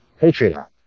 Patriot